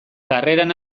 karreran